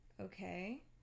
Okay